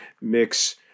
mix